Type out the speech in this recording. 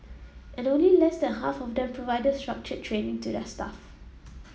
and only less than half of them provided structured training to their staff